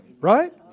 Right